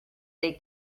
they